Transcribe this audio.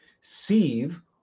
Sieve